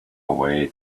way